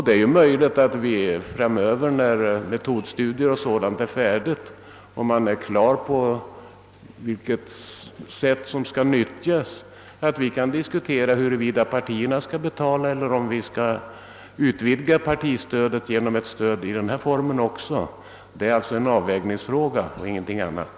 Det är möjligt att vi framöver, när metodstudier m.m. är färdiga och man är på det klara med vilken metod som skall användas, kan diskutera, huruvida partierna skall betala eller om vi skall utvidga partistödet genom ett stöd i denna form också. Det är alltså en avvägningsfråga och ingenting annat.